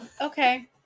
Okay